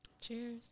Cheers